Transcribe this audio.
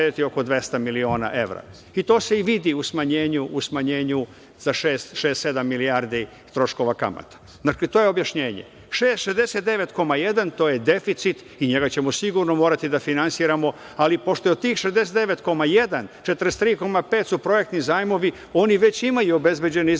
To se i vidi u smanjenju za šest, sedam milijardi troškova kamata. Dakle, to je objašnjenje, to je 69,1 deficit i njega ćemo sigurno morati da finansiramo, ali pošto je od tih 69,1, a 43,5 su projektni zajmovi oni već imaju obezbeđene izvore